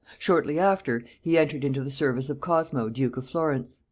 shortly after, he entered into the service of cosmo duke of florence,